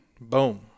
Boom